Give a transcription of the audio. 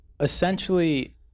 essentially